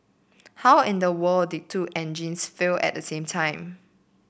how in the world did two engines fail at the same time